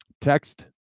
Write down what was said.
text